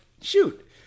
Shoot